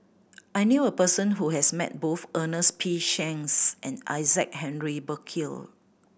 I knew a person who has met both Ernest P Shanks and Isaac Henry Burkill